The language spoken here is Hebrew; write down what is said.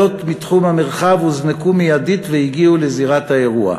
ניידות מתחום המרחב הוזנקו מיידית והגיעו לזירת האירוע.